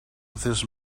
this